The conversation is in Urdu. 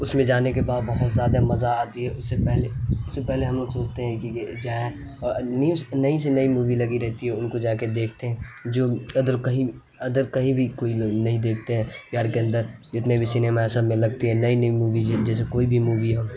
اس میں جانے کے بعد بہت زیادہ مزہ آتی ہے اس سے پہلے اس سے پہلے ہم لوگ سوچتے ہیں کہ یہ جائیں اور نئی سے نئی مووی لگی رہتی ہے ان کو جا کے دیکھتے ہیں جو ادر کہیں ادر کہیں بھی کوئی نہیں دیکھتے ہیں بہار کے اندر جتنے بھی سنیما ہے سب میں لگتی ہے نئی نئی موویج جیسے کوئی بھی مووی ہو